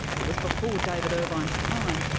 it was before david irvine's time,